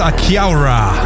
Akiaura